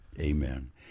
amen